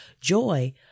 joy